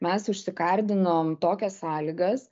mes užsikardinom tokias sąlygas